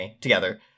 together